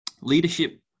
Leadership